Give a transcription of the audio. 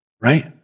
Right